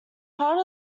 part